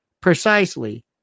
precisely